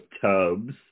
tubs